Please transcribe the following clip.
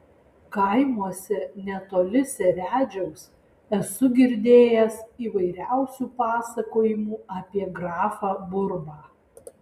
kaimuose netoli seredžiaus esu girdėjęs įvairiausių pasakojimų apie grafą burbą